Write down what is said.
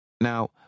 Now